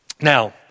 Now